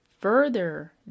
further